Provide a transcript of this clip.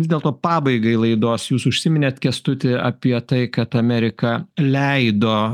vis dėlto pabaigai laidos jūs užsiminėt kęstuti apie tai kad amerika leido